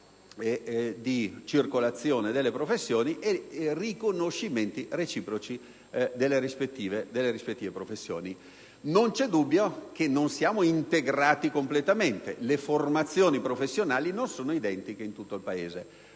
di circolazione delle professioni e dei riconoscimenti reciproci delle rispettive professioni. Non c'è dubbio che non siamo in presenza di un'integrazione completa: le formazioni professionali non sono identiche in tutta Europa.